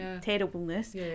terribleness